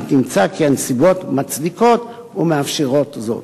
אם תמצא כי הנסיבות מצדיקות ומאפשרות זאת.